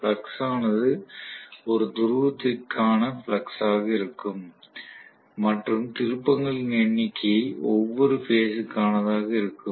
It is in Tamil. ஃப்ளக்ஸ் ஆனது ஒரு துருவத்திற்காநா ஃப்ளக்ஸ் ஆக இருக்கும் மற்றும் திருப்பங்களின் எண்ணிக்கை ஒவ்வொரு பேஸ் க்கானதாக இருக்கும்